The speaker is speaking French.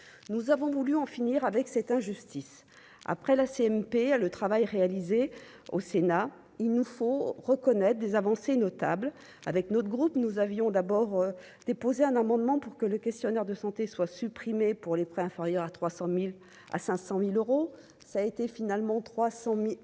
nous avons voulu en finir avec cette injustice après la CMP a le travail réalisé au Sénat, il nous faut reconnaître des avancées notables avec notre groupe, nous avions d'abord déposé un amendement pour que le questionnaire de santé soit supprimée pour les prêts inférieurs à 300000 à 500000 euros ça a été finalement 300000 350000